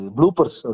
Bloopers